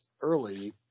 early